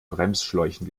bremsschläuchen